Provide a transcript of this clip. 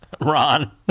Ron